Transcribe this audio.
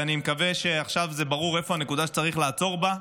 ואני מקווה שעכשיו ברור איפה הנקודה שצריך לעצור בה.